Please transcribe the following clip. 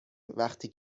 وقتی